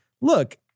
look